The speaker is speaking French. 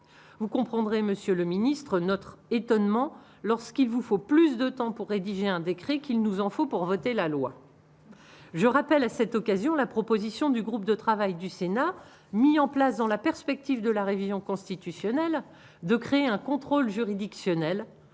vous comprendrez, monsieur le ministre, notre étonnement lorsqu'il vous faut plus de temps pour rédiger un décret qu'il nous en faut pour voter la loi, je rappelle à cette occasion, la proposition du groupe de travail du Sénat, mis en place dans la perspective de la révision constitutionnelle de créer un contrôle juridictionnel